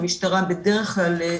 המשטרה בדרך כלל,